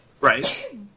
Right